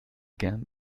gern